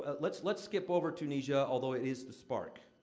but let's let's skip over tunisia, although it is the spark.